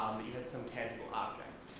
you had some tangible object.